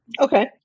Okay